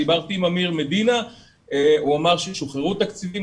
דיברתי עם אמיר מדינה והוא אמר ששוחררו תקציבים,